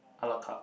a-la-carte